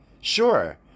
sure